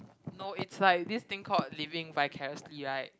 no it's like this thing called living by carelessly right